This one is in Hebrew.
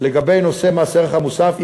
לגבי מס ערך מוסף.